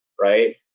Right